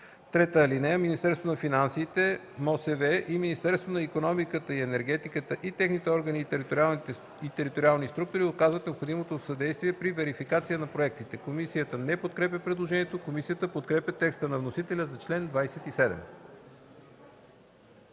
договорите. (3) Министерството на финансите, МОСВ и Министерството на икономиката и енергетиката и техните органи и териториални структури оказват необходимото съдействие при верификацията на проектите.” Комисията не подкрепя предложението. Комисията подкрепя текста на вносителя за чл. 27.